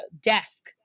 desk